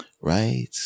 Right